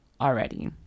already